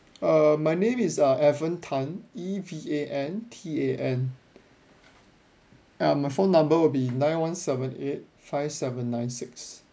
uh my name is uh evan tan E V A N T A N ya my phone number will be nine one seven eight five seven nine six